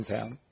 town